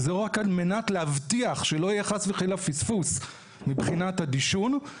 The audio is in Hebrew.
וזה רק על מנת להבטיח שלא יהיה חס וחלילה פספוס מבחינת הדישון,